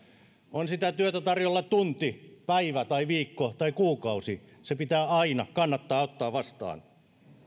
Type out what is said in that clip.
on sitä työtä tarjolla tunti päivä viikko tai kuukausi pitää aina kannattaa ottaa se vastaan